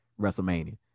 wrestlemania